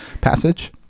passage